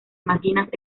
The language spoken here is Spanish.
máquinas